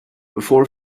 before